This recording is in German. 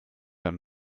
ein